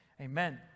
Amen